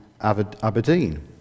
Aberdeen